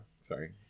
Sorry